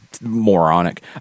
Moronic